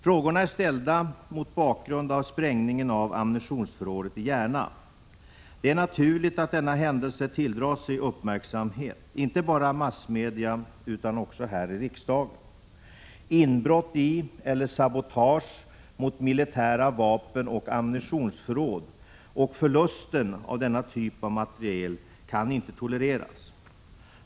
Frågorna är ställda mot bakgrund av sprängningen av ammunitionsförrådet i Järna. Det är naturligt att denna händelse tilldrar sig uppmärksamhet, inte bara i massmedia utan också här i riksdagen. Inbrott i eller sabotage mot militära vapenoch ammunitionsförråd, och förlusten av denna typ av materiel, kan inte tolereras.